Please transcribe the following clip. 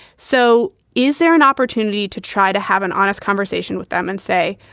so is there an opportunity to try to have an honest conversation with them and say,